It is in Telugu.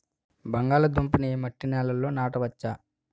బంగాళదుంప నీ మట్టి నేలల్లో నాట వచ్చా?